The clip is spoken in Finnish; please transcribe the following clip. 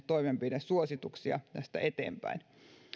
toimenpidesuosituksia tästä eteenpäin